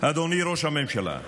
אדוני ראש הממשלה,